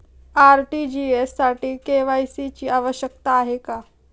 RTGS साठी KYC ची आवश्यकता आहे का?